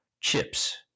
chips